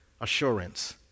Assurance